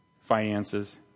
finances